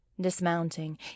dismounting